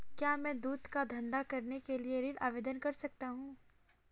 क्या मैं दूध का धंधा करने के लिए ऋण आवेदन कर सकता हूँ?